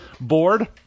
board